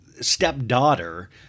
stepdaughter